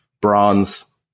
bronze